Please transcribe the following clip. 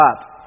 up